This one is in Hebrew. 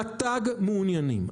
רשות הטבע והגנים מעוניינים,